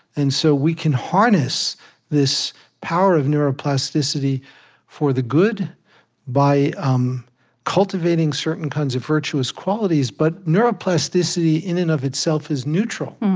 and so we can harness this power of neuroplasticity for the good by um cultivating certain kinds of virtuous qualities. but neuroplasticity, in and itself, is neutral